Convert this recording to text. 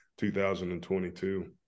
2022